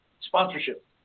sponsorship